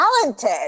talented